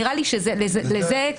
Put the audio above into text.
אני